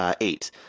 eight